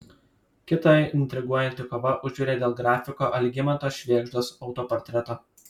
kita intriguojanti kova užvirė dėl grafiko algimanto švėgždos autoportreto